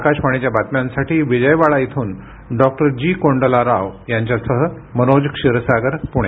आकाशवाणीच्या बातम्यांसाठी विजयवाडा इथून डॉक्टर जी कोंडला राव यांच्यासह मनोज क्षीरसागर पुणे